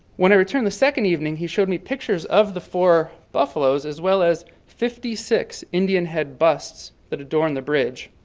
when i returned the second evening, he showed me pictures of the four buffallos as well as fifty six indian head busts that adorn the bridge.